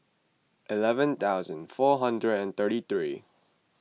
eleven thousand four hundred and thirty three